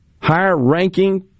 higher-ranking